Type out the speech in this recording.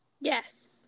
Yes